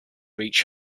reach